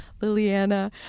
Liliana